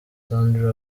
sandra